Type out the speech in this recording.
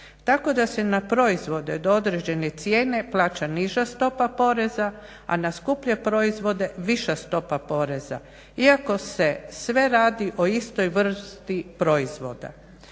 Tako da se na proizvode do određene cijene plaća niža stopa poreza, a na skuplje proizvode viša stopa poreza, iako se sve radi o istoj vrsti proizvoda.